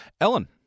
Ellen